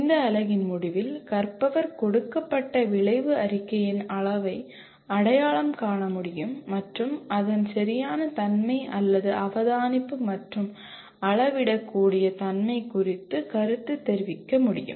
இந்த அலகின் முடிவில் கற்பவர் கொடுக்கப்பட்ட விளைவு அறிக்கையின் அளவை அடையாளம் காண முடியும் மற்றும் அதன் சரியான தன்மை அல்லது அவதானிப்பு மற்றும் அளவிடக்கூடிய தன்மை குறித்து கருத்து தெரிவிக்க முடியும்